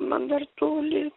man dar toli